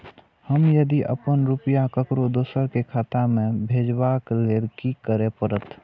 हम यदि अपन रुपया ककरो दोसर के खाता में भेजबाक लेल कि करै परत?